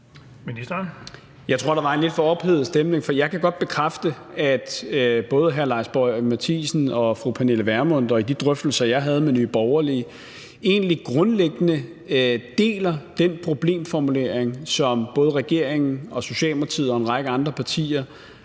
Jeg tror, der var en lidt for ophedet stemning, for jeg kan godt bekræfte, at både hr. Lars Boje Mathiesen og fru Pernille Vermund, i de drøftelser, jeg havde med Nye Borgerlige, egentlig grundlæggende deler den problemformulering, som både regeringen, Socialdemokratiet og en række andre partier